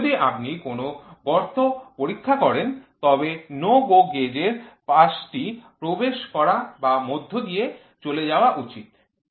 যদি আপনি কোন গর্ত পরীক্ষা করেন তবে NO GO গেজের পাশটি প্রবেশ করা বা মধ্য দিয়ে চলে যাওয়া উচিত নয়